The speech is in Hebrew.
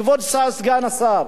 כבוד סגן השר,